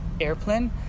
airplane